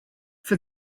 for